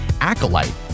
acolyte